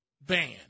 ban